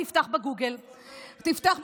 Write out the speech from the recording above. תפתח בגוגל.